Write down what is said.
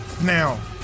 now